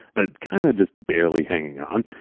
but kind of just barely hanging on.